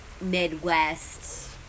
Midwest